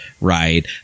Right